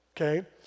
Okay